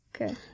Okay